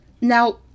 Now